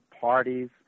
parties